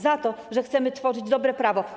Za co? ...za to, że chcemy tworzyć dobre prawo.